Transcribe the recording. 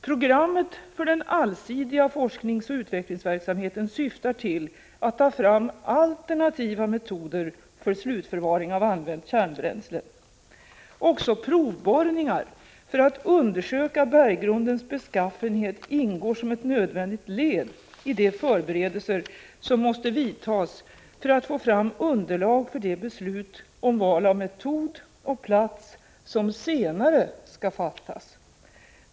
Programmet för den allsidiga forskningsoch utvecklingsverksamheten syftar till att ta fram alternativa metoder för slutförvaring av använt kärnbränsle. Också provborrningar för att undersöka bergrundens beskaffenhet ingår som ett nödvändigt led i de förberedelser som måste vidtas för att få fram underlag för de beslut om val av metod och plats som senare skall fattas.